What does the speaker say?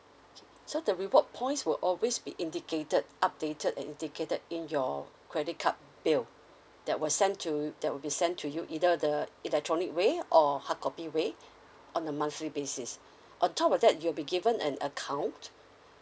so the reward points will always be indicated updated and indicated in your credit card bill that will send to that will be send to you either the electronic way or hardcopy way on a monthly basis on top of that you'll be given an account